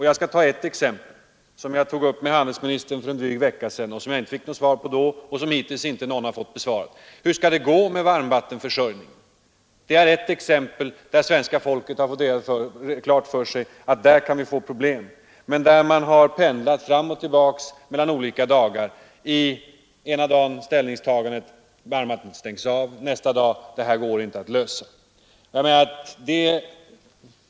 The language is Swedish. Jag skall där ställa samma fråga som jag riktade till handelsministern i en debatt för en dryg vecka sedan men då inte fick något svar på och som ingen hittills har fått besvarad: Hur skall det gå med varmvattenförsörjningen? Där är en punkt där svenska folket har fått klart för sig att vi kan få problem, och där beskeden har pendlat fram och tillbaka. Den ena dagen har vi fått höra att varmvattnet skall stängas av, men nästa dag har man menat att det inte går att lösa, vare sig tekniskt eller juridiskt.